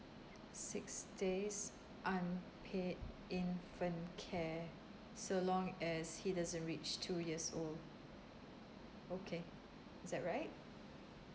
six days unpaid infant care so long as he doesn't reach two years old okay is that right